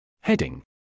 Heading